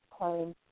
claims